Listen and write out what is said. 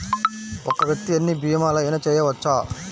ఒక్క వ్యక్తి ఎన్ని భీమలయినా చేయవచ్చా?